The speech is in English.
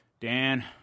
dan